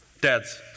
Dad's